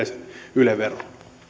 yle veroon